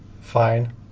Fine